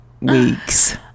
weeks